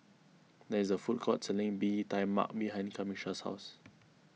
there is a food court selling Bee Tai Mak behind Camisha's house